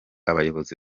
abayobozi